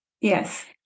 Yes